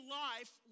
life